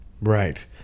Right